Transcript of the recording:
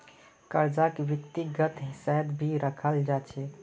कर्जाक व्यक्तिगत हिस्सात भी रखाल जा छे